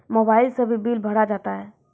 Mobile से भी bill भरा जाता हैं?